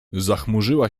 zachmurzyła